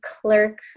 clerk